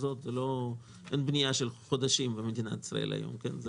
אין בנייה שנמשכת חודשים במדינת ישראל היום.